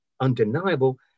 undeniable